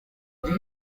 icyo